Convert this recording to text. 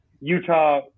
Utah